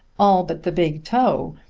all but the big toe,